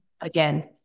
again